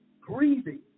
Grieving